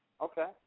Okay